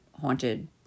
haunted